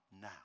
now